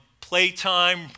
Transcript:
playtime